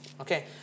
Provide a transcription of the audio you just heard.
Okay